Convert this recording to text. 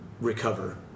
recover